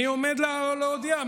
אני עומד להודיע,